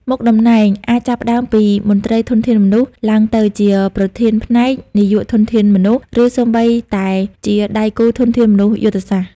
មុខតំណែងអាចចាប់ផ្តើមពីមន្ត្រីធនធានមនុស្ស ឡើងទៅជាប្រធានផ្នែក នាយកធនធានមនុស្ស ឬសូម្បីតែជាដៃគូធនធានមនុស្សយុទ្ធសាស្ត្រ។